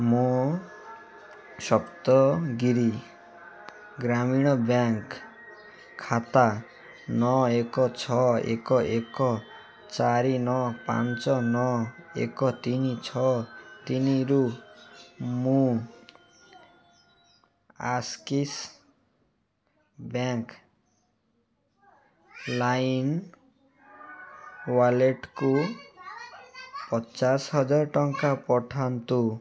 ମୋ ସପ୍ତଗିରି ଗ୍ରାମୀଣ ବ୍ୟାଙ୍କ୍ ଖାତା ନଅ ଏକ ଛଅ ଏକ ଏକ ଚାରି ନଅ ପାଞ୍ଚ ନଅ ଏକ ତିନି ଛଅ ତିନିରୁ ମୁଁ ଆକ୍ସିସ୍ ବ୍ୟାଙ୍କ୍ ଲାଇମ୍ ୱାଲେଟ୍କୁ ଟଙ୍କା ପଠାନ୍ତୁ